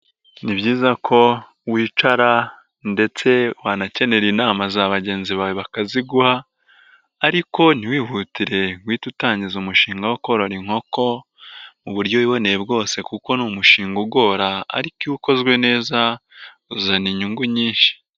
Ni byiza ko wicara ndetse wanakenera inama za bagenzi bawe bakaziguha ariko ntiwihutire guhita utangiza umushinga wo korora inkoko mu buryo wiboneye bwose kuko ni umushinga ugora ariko iyo ukozwe neza uzana inyungu nyinshi.